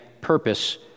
purpose